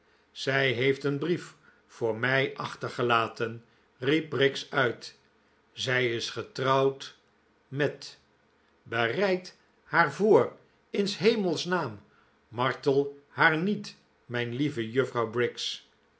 zij heeft een brief voor mij achter gelaten riep briggs uit zij is getrouwd met bereid haar voor in s hemels naam martel haar niet mijn lieve juffrouw